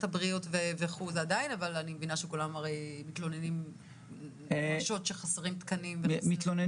הבריאות עדיין כולם מתלוננים נואשות שחסרים תקנים.